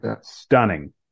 stunning